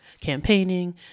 campaigning